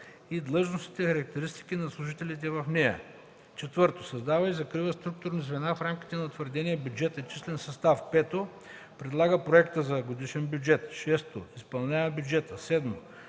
и длъжностните характеристики на служителите в нея; 4. създава и закрива структурни звена в рамките на утвърдения бюджет и числен състав; 5. предлага проекта на годишен бюджет; 6. изпълнява бюджета; 7.